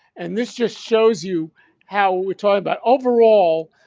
and this just shows you how we're talking about overall,